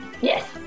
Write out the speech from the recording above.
Yes